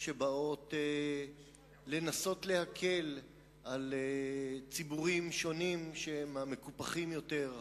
שבאו לנסות להקל על ציבורים שונים שהם המקופחים יותר,